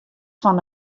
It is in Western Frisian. fan